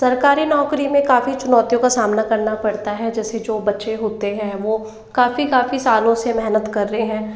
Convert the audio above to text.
सरकारी नौकरी में काफ़ी चुनौतियों का सामना करना पड़ता है जैसे जो बच्चे होते हैं वो काफ़ी काफ़ी सालों से मेहनत कर रहे हैं